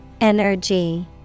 Energy